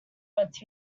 but